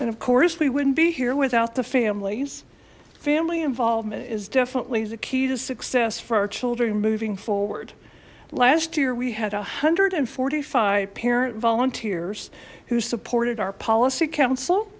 and of course we wouldn't be here without the families family involvement is definitely the key to success for our children moving forward last year we had a hundred and forty five parent volunteers who supported our policy coun